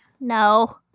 No